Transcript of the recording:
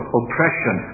oppression